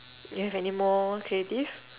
you have anymore creative